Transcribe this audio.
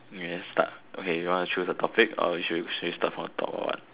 okay then start okay if you want to choose the topic or should you start from top or what